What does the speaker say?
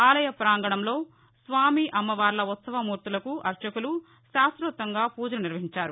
ఆలయ ప్రాంగణంలో తీస్వామిఅమ్మవార్ల ఉత్సవమూర్తులకు అర్చకులు శాస్రోక్తంగా పూజలు నిర్వహించారు